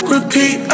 Repeat